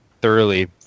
thoroughly